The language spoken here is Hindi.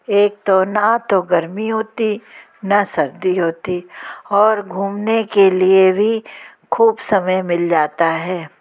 एक तो न तो गर्मी होती न सर्दी होती और घूमने के लिए भी खूब समय मिल जाता है